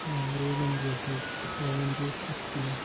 روغن جوش حظ روغن جوش اَکھ کِلوٗ